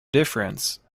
difference